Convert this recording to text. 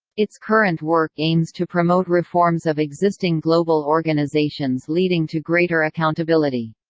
its current work aims to promote reforms of existing global organizations leading to greater accountability.